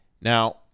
Now